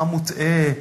המוטעה,